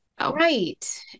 Right